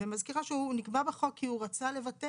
אני מזכירה שהוא נקבע בחוק כי הוא רצה לבטא